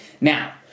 Now